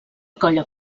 colla